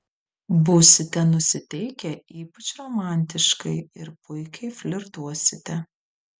būsite nusiteikę ypač romantiškai ir puikiai flirtuosite